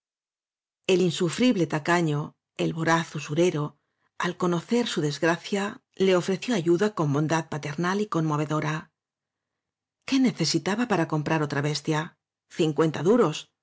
el insufrible tacaño el voraz usurero al conocer su desgracia le ofreció ayuda con bon dad paternal y conmovedora qué necesitaba para comprar otra bestia cincuenta duros